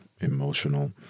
emotional